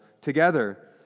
together